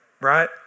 Right